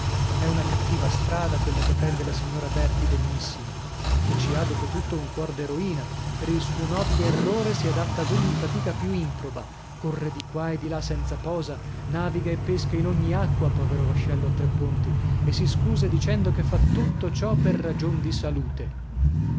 è una cattiva strada quella che prende la signora berti degnissima e ci ha dopo tutto un cuor d'eroina per il suo nobile errore si adatta ad ogni fatica più improba corre di qua e di là senza posa naviga e pesca in ogni acqua povero vascello a tre ponti e si scusa dicendo che fa tutto ciò per ragion di salute